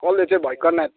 कसले चाहिँ भयङ्कर नाच्ने